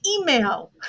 email